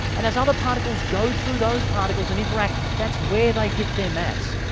and as other particles go through those particles and interact, that's where they get their mass.